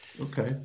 Okay